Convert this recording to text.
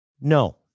no